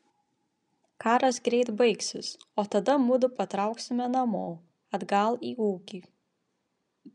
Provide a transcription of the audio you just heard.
karas greit baigsis o tada mudu patrauksime namo atgal į ūkį